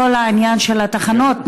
בכל העניין של התחנות,